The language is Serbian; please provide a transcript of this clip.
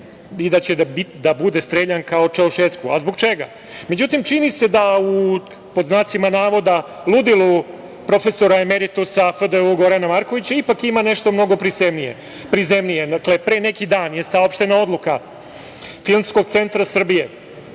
i da će da bude streljan kao Čaušesku. A zbog čega? Međutim, čini se da u "ludilu profesora emeritusa" FDU, Gorana Markovića ipak ima nešto mnogo prizemnije. Dakle, pre neki dan je saopštena odluka Filmskog centra Srbije